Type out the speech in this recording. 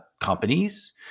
companies